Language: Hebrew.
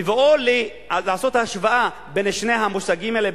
בבואו לעשות השוואה בין שני המושגים האלה,